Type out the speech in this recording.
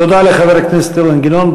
תודה לחבר הכנסת אילן גילאון.